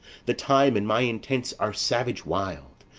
the time and my intents are savage-wild,